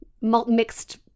mixed